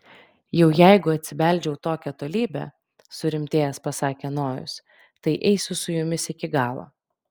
jau jeigu atsibeldžiau tokią tolybę surimtėjęs pasakė nojus tai eisiu su jumis iki galo